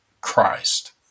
Christ